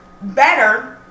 better